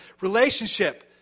relationship